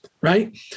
right